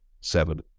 seven